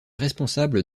responsable